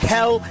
Hell